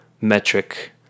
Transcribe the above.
metric